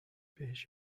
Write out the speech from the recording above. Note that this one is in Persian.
بهش